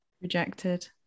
rejected